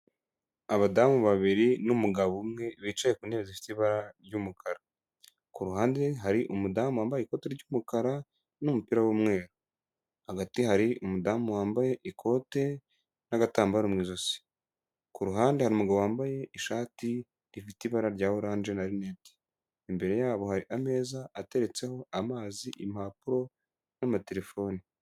Abadamu babiri n'umugabo umwe bicaye ku ntebe zifite ibara ry'umukara, ku ruhande hari umudamu wambaye ikoti ry'umukara n'umupira w'umweru, hagati hari umudamu wambaye ikote n'agatambaro mu ijosi, ku ruhande hari umugabo wambaye ishati ifite ibara rya oranje na rinete, imbere yabo hari ameza ateretseho amazi, impapuro n'amatelefone.